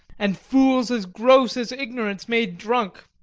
and fools as gross as ignorance made drunk.